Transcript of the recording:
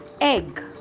egg